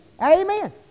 Amen